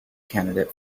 candidate